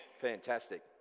Fantastic